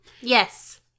Yes